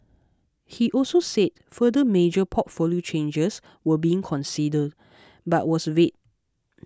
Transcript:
he also said further major portfolio changes were being considered but was vague